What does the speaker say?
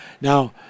now